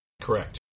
Correct